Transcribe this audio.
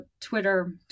Twitter